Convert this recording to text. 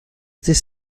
this